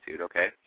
okay